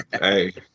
Hey